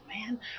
man